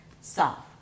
soft